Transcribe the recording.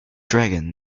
dragon